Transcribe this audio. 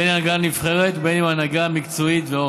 אם ההנהגה הנבחרת ואם ההנהגה המקצועית.